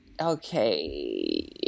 Okay